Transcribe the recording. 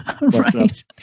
Right